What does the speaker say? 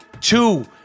two